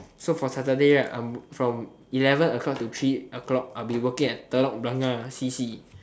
so for saturday I'm from eleven o-clock to three o-clock I'll be working at Telok-Blangah c_c